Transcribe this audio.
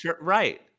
Right